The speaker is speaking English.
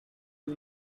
you